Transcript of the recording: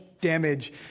damage